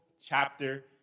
chapter